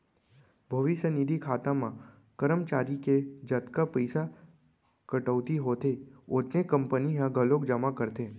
भविस्य निधि खाता म करमचारी के जतका पइसा कटउती होथे ओतने कंपनी ह घलोक जमा करथे